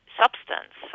substance